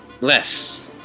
less